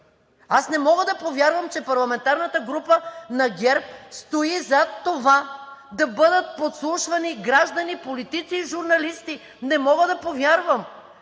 Аз не мога да повярвам, че парламентарната група на ГЕРБ стои зад това да бъдат подслушвани граждани, политици и журналисти. Не мога да повярвам!?